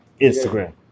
Instagram